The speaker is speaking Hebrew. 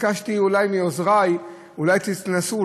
ביקשתי מעוזרי: אולי תנסו,